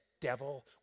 devil